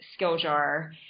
Skilljar